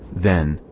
then,